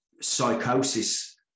psychosis